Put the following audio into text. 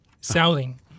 selling